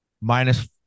Minus